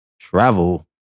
travel